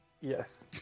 Yes